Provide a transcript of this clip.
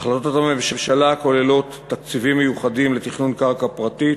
החלטות הממשלה כוללות תקציבים מיוחדים לתכנון קרקע פרטית,